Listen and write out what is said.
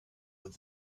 with